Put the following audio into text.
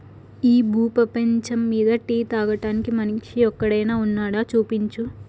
ఈ భూ పేపంచమ్మీద టీ తాగని మనిషి ఒక్కడైనా వున్నాడా, చూపించు